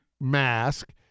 Mask